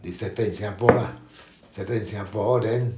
they settled in singapore lah settled in singapore then